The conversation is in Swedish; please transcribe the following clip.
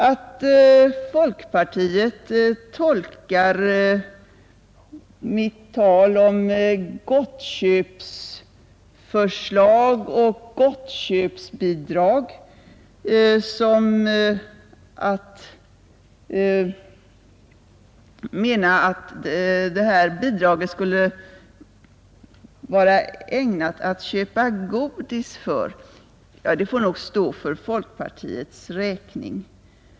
Att folkpartiet tolkar mitt tal om gottköpsförslag och gottköpsbidrag som att jag menar att bidraget skulle vara ägnat att köpa godis för får nog stå för folkpartiets räkning.